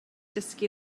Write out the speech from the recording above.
dysgu